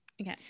Okay